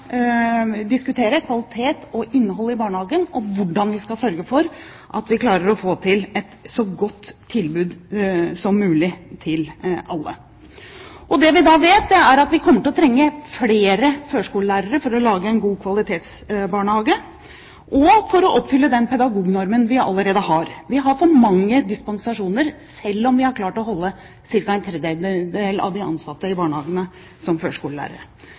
diskutere kvalitet og innhold i barnehagen og hvordan vi skal sørge for at vi klarer å få til et så godt tilbud som mulig til alle. Det vi da vet, er at vi kommer til å trenge flere førskolelærere for å lage en god kvalitetsbarnehage og for å oppfylle den pedagognormen vi allerede har. Vi har for mange dispensasjoner, selv om vi har klart å holde ca. en tredjedel av de ansatte i barnehagene som førskolelærere.